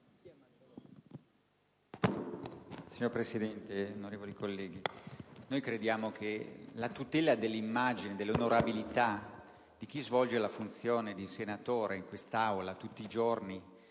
Signora Presidente, onorevoli colleghi, crediamo che la tutela dell'immagine e dell'onorabilità di chi svolge la funzione di senatore ed è impegnato nel